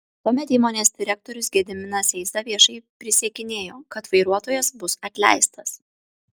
tuomet įmonės direktorius gediminas eiza viešai prisiekinėjo kad vairuotojas bus atleistas